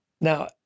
now